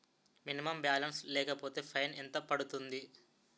Minimum balance లేకపోతే fine ఎంత పడుతుంది?